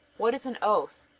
what is an oath?